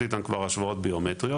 עם התמונות האלה כבר השוואות ביומטריות,